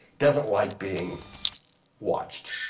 doesn't like being watched.